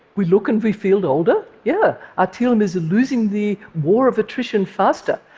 we look and we feel older, yeah. our telomeres are losing the war of attrition faster.